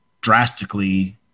drastically